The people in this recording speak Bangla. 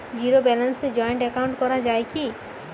জীরো ব্যালেন্সে জয়েন্ট একাউন্ট করা য়ায় কি?